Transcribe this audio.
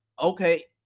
Okay